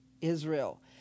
Israel